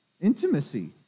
intimacy